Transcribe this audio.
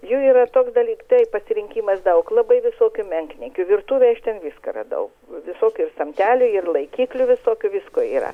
jų yra toks dalyk taip pasirinkimas daug labai visokių menkniekių virtuvei aš ten viską radau visokių ir samtelį ir laikiklių visokių visko yra